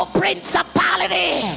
principality